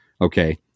okay